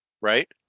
right